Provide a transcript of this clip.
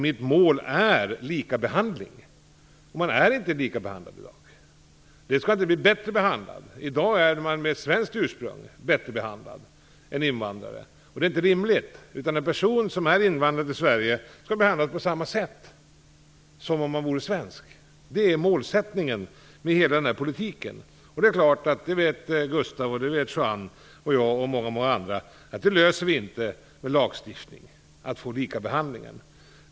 Mitt mål är likabehandling. Man behandlas inte lika i dag. Man skall inte bli bättre behandlad, men i dag är de med svenskt ursprung bättre behandlade än invandrare, och det är inte rimligt. En person som är invandrad till Sverige skall behandlas på samma sätt som om han vore svensk. Det är målsättningen med hela den här politiken. Det är klart, det vet Gustaf von Essen, det vet Juan Fonseca, jag och många andra, att vi inte får likabehandling med hjälp av lagstiftning.